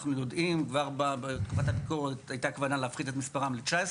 אנחנו יודעים כבר בתקופת הביקורת הייתה כוונה להפחית את מספרם ל-19